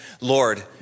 Lord